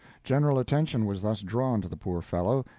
general attention was thus drawn to the poor fellow,